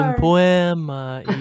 poema